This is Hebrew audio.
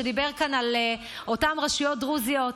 שדיבר כאן על אותן רשויות דרוזיות,